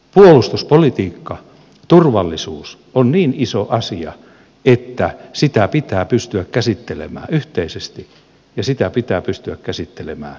puolustuspolitiikka turvallisuus on niin iso asia että sitä pitää pystyä käsittelemään yhteisesti ja sitä pitää pystyä käsittelemään reaalitalouden pohjalta